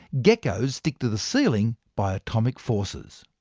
geckos stick to the ceiling by atomic forces.